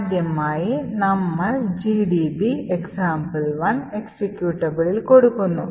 ആദ്യമായി നമ്മൾ gdb example1 executableൽ കൊടുക്കുന്നു